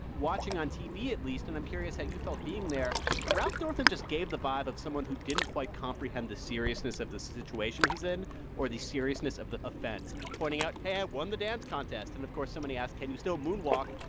watching on tv at least and i'm curious how you felt being there ralph northam just gave the vibe of someone who didn't quite comprehend the seriousness of the situation he's in or the seriousness of the offense, pointing out hey, i won the dance contest. and of course, somebody asked can you still moonwalk?